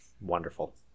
wonderful